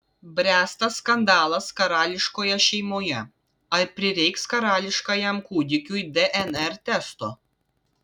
bręsta skandalas karališkoje šeimoje ar prireiks karališkajam kūdikiui dnr testo